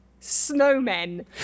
Snowmen